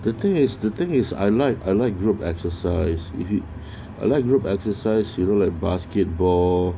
the thing is the thing is I like I like group exercise is it a like group exercise you know like basketball